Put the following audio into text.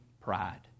pride